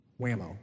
whammo